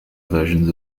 versions